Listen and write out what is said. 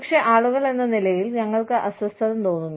പക്ഷേ ആളുകൾ എന്ന നിലയിൽ ഞങ്ങൾക്ക് അസ്വസ്ഥത തോന്നുന്നു